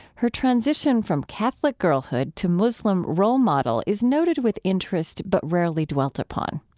her transition from catholic girlhood to muslim role model is noted with interest, but rarely dwelt upon.